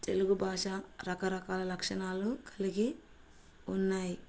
తెలుగు భాష రకరకాల లక్షణాలు కలిగి ఉన్నాయి